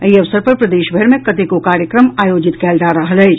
एहि अवसर पर प्रदेश भरि मे कतेको कार्यक्रम आयोजित कयल जा रहल अछि